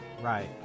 right